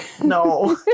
no